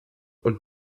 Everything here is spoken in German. und